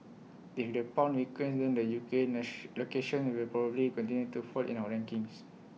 if the pound weakens then the U K locations will probably continue to fall in our rankings